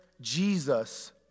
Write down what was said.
Jesus